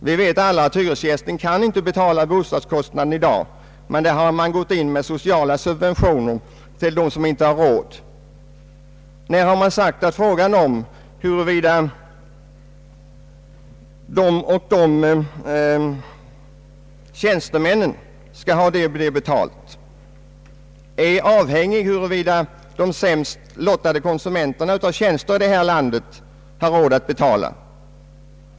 Vi vet alla att hyresgästen inte kan betala bostadskostnaden i dag, men man har gått in med sociala subventioner till dem som inte har råd. När har man sagt att frågan om huruvida den eller den tjänstemannen skall ha si eller så mycket betalt är avhängig av om de sämst lottade konsumenterna av tjänster i det här landet har råd att betala?